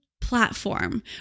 platform